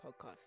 podcast